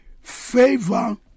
Favor